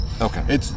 Okay